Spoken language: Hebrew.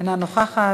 אינה נוכחת,